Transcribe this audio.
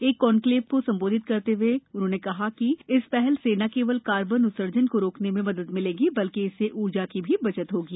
एक कॉन्क्लेव को संबोधित करते हए उन्होंने कहा कि इस पहल से न केवल कार्बन उत्सर्जन को रोकने में मदद मिलेगी बल्कि इससे ऊर्जा की भी बचत होगी